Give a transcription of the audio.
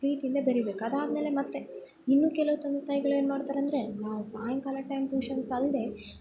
ಪ್ರೀತಿಯಿಂದ ಬೆರೆಬೇಕು ಅದಾದಮೇಲೆ ಮತ್ತೆ ಇನ್ನು ಕೆಲವು ತಂದೆ ತಾಯಿಗಳು ಏನು ಮಾಡ್ತಾರೆ ಅಂದರೆ ಆ ಸಾಯಂಕಾಲ ಟೈಮ್ ಟ್ಯೂಷನ್ಸ್ ಅಲ್ದೇ